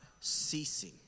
ceasing